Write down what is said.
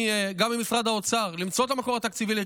ממשרד האוצר למצוא את המקור התקציבי לכך,